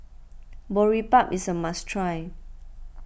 Boribap is a must try